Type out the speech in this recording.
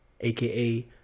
Aka